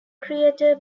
creator